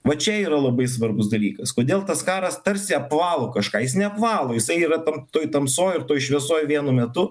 va čia yra labai svarbus dalykas kodėl tas karas tarsi apvalo kažką jis neapvalo jisai yra tam toj tamsoj ir toj šviesoj vienu metu